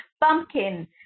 pumpkin